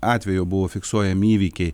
atvejo buvo fiksuojami įvykiai